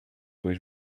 byłeś